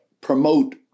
promote